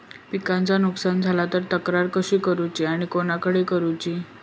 पिकाचा नुकसान झाला तर तक्रार कशी करूची आणि कोणाकडे करुची?